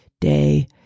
day